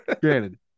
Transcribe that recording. granted